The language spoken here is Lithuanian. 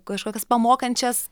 kažkokias pamokančias